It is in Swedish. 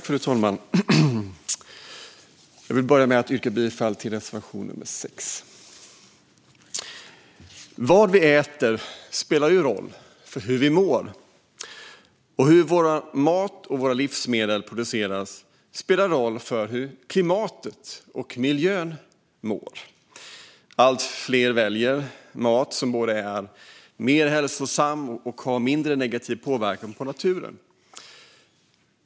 Fru talman! Jag vill börja med att yrka bifall till reservation nummer 6. Det vi äter spelar roll för hur vi mår. Och hur vår mat och våra livsmedel produceras spelar roll för hur klimatet och miljön mår. Allt fler väljer mat som både är mer hälsosam och har mindre negativ påverkan på naturen.